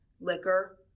liquor